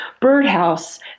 birdhouse